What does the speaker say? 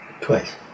Twice